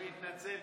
אני מתנצל,